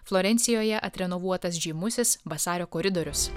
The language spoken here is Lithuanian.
florencijoje atrenovuotas žymusis vasario koridorius